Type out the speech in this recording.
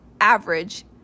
average